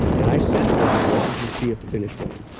and i said to them, what did you see at the finish line?